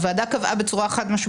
הוועדה קבעה חד-משמעית,